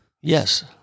Yes